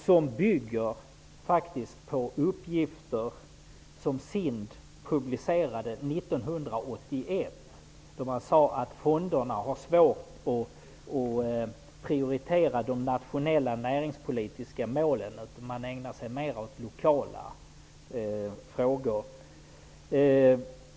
Det bygger faktiskt på uppgifter som SIND publicerade 1981, då man sade att fonderna har svårt att prioritera de nationella näringspolitiska målen utan ägnar sig mer åt lokala frågor.